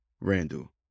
Randall